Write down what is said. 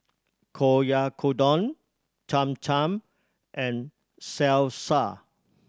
Oyakodon Cham Cham and Salsa